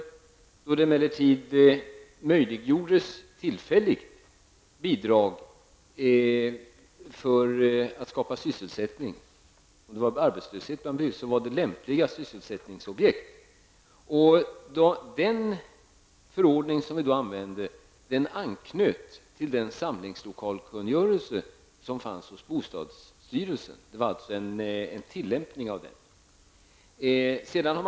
Det uppstod emellertid då en möjlighet till tillfälligt bidrag för att på så sätt skapa sysselsättning. Om det rådde arbetslöshet bland byggnadsarbetare, utgjorde dessa lämpliga sysselsättningsobjekt. Den förordning som då användes anknöt till bostadsstyrelsens samlingslokalkungörelse. Det var alltså fråga om en tillämpning av den kungörelsen.